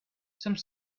some